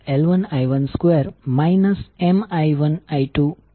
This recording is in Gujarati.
હવે ચાલો કોઇલ 2 ના કરંટ i2 ને ધ્યાનમાં લઈએ